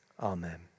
Amen